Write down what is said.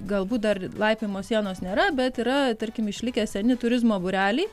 galbūt dar laipiojimo sienos nėra bet yra tarkim išlikę seni turizmo būreliai